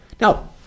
Now